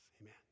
Amen